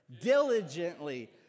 diligently